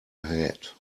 head